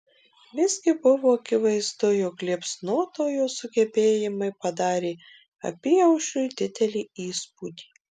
visgi buvo akivaizdu jog liepsnotojo sugebėjimai padarė apyaušriui didelį įspūdį